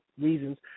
reasons